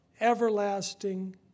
everlasting